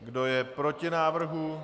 Kdo je proti návrhu?